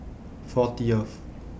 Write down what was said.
fortieth